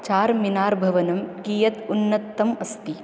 चार्मिनार्भवनं कीयत् उन्नतम् अस्ति